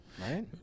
Right